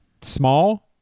small